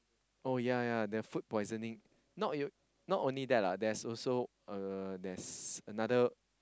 oh ya ya the food poisoning not you not only that lah there's also uh there's another